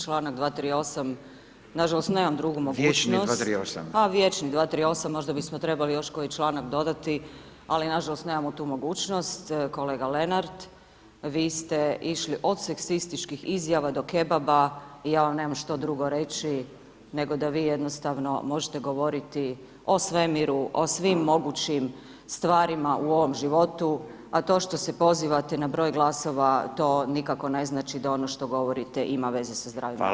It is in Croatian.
Članak 238., nažalost nemam drugu mogućnost [[Upadica Radin: Vječni 238.]] a vječni 238., možda bismo trebali još koji članak dodati ali nažalost nemamo tu mogućnost Kolega Lenart, vi ste išli od seksističkih izjava do kebaba i ja vam nemam što drugo reći nego da vi jednostavno možete govoriti o svemiru, o svim mogućim stvarima u ovom životu a to što se pozivate na broj glasova, to nikako ne znači da ono što govorite ima veze sa zdravim razumom.